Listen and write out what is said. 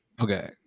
Okay